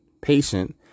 patient